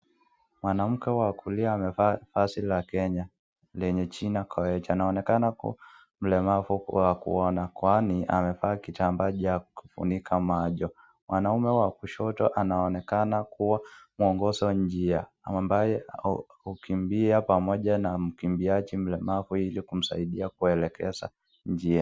Mwanamke wa kulia amevaa vazi la Kenya lenye jina Koech. Anaonekana kuwa mlemavu wa kuona kwani amevaa kitambaa cha kufunika macho. Mwanaume wa kushoto anaonekana kua muongozo njia. Ambaye hukukimbia pamoja na mkimbiaji mlemavu ili kumsaidia kumujelekeza njia.